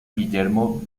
guillermo